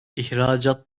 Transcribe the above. i̇hracat